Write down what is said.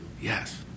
Yes